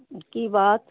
की बात